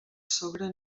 sogra